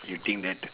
you think that